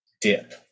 dip